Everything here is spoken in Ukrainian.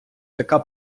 така